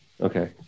Okay